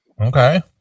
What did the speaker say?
Okay